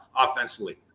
offensively